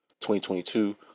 2022